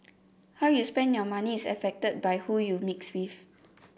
how you spend your money is affected by who you mix with